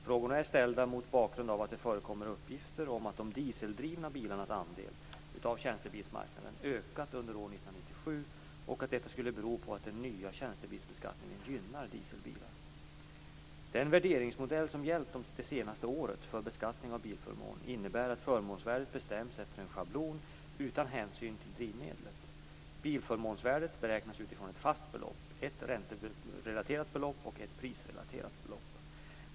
Frågorna är ställda mot bakgrund av att det förekommer uppgifter om att de dieseldrivna bilarnas andel av tjänstebilsmarknaden ökat under år 1997 och att detta skulle bero på att den nya tjänstebilsbeskattningen gynnar dieselbilar. Den värderingsmodell som gällt det senaste året för beskattning av bilförmån innebär att förmånsvärdet bestäms efter en schablon utan hänsyn till drivmedel. Bilförmånsvärdet beräknas utifrån ett fast belopp, ett ränterelaterat belopp och ett prisrelaterat belopp.